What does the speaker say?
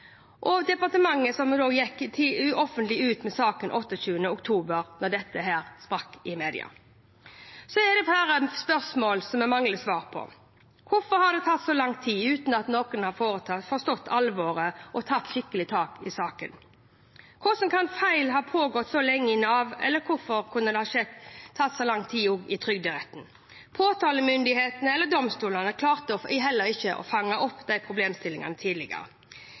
Departementet gikk offentlig ut med saken 28. oktober 2019, da dette sprakk i media. Det er flere spørsmål vi mangler svar på: Hvorfor har det tatt så lang tid uten at noen har forstått alvoret og tatt skikkelig tak i saken? Hvordan kan feil ha pågått så lenge i Nav? Hvorfor klarte ikke Trygderetten, påtalemyndighetene eller domstolen å fange opp problemstillingene tidligere? Det er vel så alvorlig når domstolene, som skal være enkeltmenneskets siste skanse, ikke klarer å fange dette opp på selvstendig grunnlag. Det har vært rettet kritikk mot tidligere